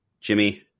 Jimmy